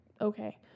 okay